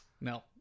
No